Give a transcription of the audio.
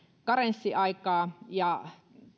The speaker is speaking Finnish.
karenssiaikaa ja